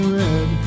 red